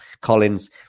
Collins